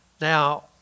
Now